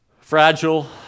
fragile